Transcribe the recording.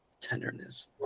Tenderness